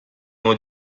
noix